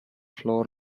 floor